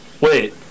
wait